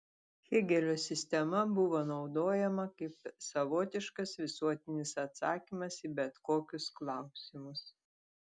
hėgelio sistema buvo naudojama kaip savotiškas visuotinis atsakymas į bet kokius klausimus